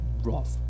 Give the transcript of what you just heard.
rough